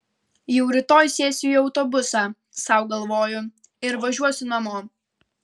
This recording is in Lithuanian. jau rytoj sėsiu į autobusą sau galvoju ir važiuosiu namo